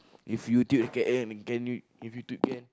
if YouTube can add can you if YouTube can